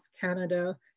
Canada